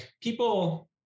people